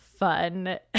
fun